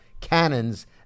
cannons